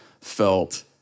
felt